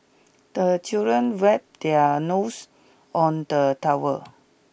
the children wipe their nose on the towel